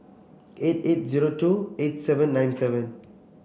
eight eight zero two eight seven nine seven